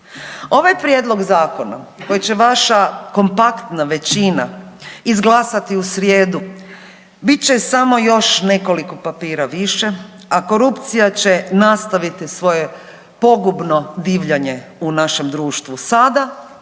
Ovaj Prijedlog zakona koji će vaša kompaktna većina izglasati u srijedu bit će samo još nekoliko papira više, a korupcija će nastaviti svoje pogubno divljanje u našem društvu sada